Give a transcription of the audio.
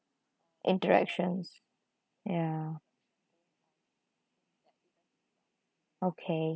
interactions ya okay